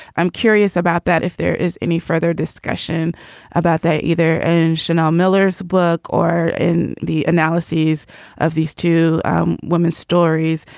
i'm curious about that if there is any further discussion about that either and chanel miller's book or in the analysis of these two women's stories.